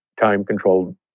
time-controlled